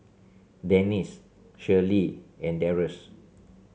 Dennis Shirlee and Darrius